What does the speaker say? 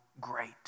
great